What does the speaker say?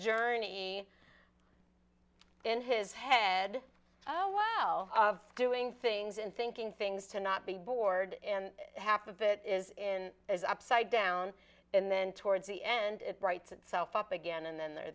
journey in his head oh well of doing things and thinking things to not be bored and half of it is in there's upside down and then towards the end it writes itself up again and then they're